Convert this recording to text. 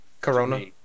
Corona